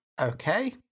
Okay